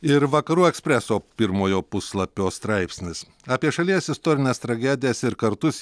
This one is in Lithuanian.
ir vakarų ekspreso pirmojo puslapio straipsnis apie šalies istorines tragedijas ir kartus